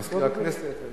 מזכירת הכנסת,